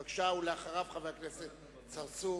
בבקשה, ואחריו, חבר הכנסת צרצור.